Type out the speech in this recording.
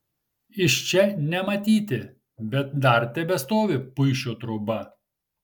iš čia nematyti bet dar tebestovi puišio troba